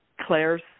Claire's